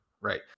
right